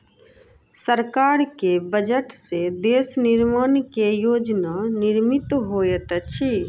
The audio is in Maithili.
सरकार के बजट से देश निर्माण के योजना निर्मित होइत अछि